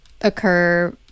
occur